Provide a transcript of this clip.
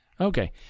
Okay